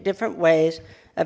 different ways of